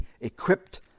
equipped